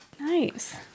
Nice